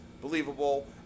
Believable